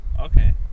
okay